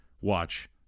watch